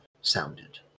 sounded